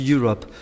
Europe